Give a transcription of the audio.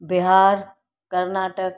Bihar Karnataka